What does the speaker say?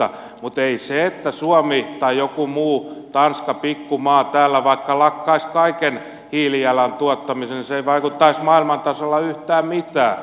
mutta ei se että suomi tai joku muu pikku maa täällä tanska vaikka lakkaisi kaiken hiilijalanjäljen tuottamisen vaikuttaisi maailman tasolla yhtään mitään